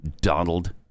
Donald